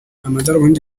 amadarubindi